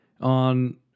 on